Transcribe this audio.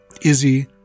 Izzy